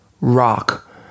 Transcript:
rock